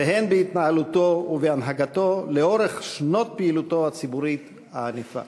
והן בהתנהלותו ובהנהגתו לאורך שנות פעילותו הציבורית הענפה.